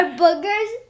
boogers